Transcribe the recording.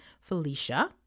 Felicia